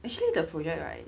actually the project right